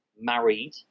married